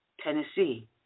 Tennessee